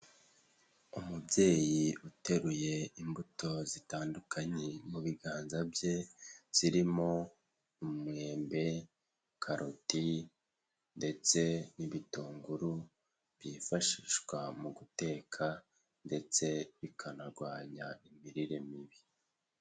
Umubyeyi uteruye imbuto zitandukanye mu biganza bye zirimo umwembe, karoti ndetse n'ibitunguru byifashishwa mu guteka ndetse bikanarwanya imirire mibi.